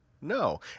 no